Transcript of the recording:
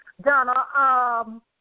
Donna